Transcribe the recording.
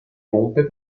pompe